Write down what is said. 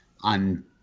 on